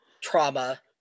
trauma